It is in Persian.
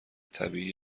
طبیعی